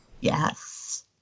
Yes